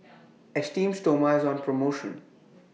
Esteem Stoma IS on promotion